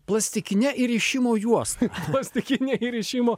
plastikine įrišimo juosta plastikine įrišimo